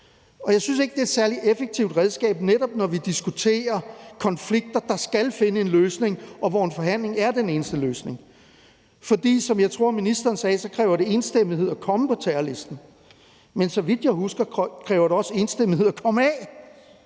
og jeg synes ikke, det er et særlig effektivt redskab, når vi netop diskuterer konflikter, der skal findes en løsning på, og hvor en forhandling er den eneste løsning. For som jeg også tror ministeren sagde, så kræver det enstemmighed, at man kommer på terrorlisten, men så vidt jeg husker, kræver det også enstemmighed, at man kommer af